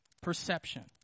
perception